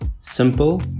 Simple